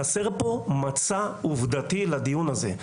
חסר מצע עובדתי לדיון הזה.